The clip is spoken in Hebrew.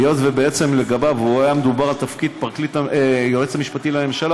היות שבעצם היה מדובר על תפקיד היועץ המשפטי לממשלה,